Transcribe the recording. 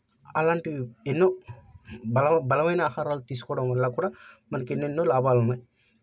అలాంటివి ఎన్నో బల బలమైన ఆహారాలు తీసుకోవడం వల్ల కూడా మనకి ఎన్నెన్నో లాభాలు ఉన్నాయి